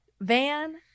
Van